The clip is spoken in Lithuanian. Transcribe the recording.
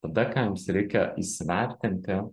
tada ką jums reikia įsivertinti